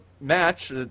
match